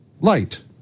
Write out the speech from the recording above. Light